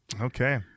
Okay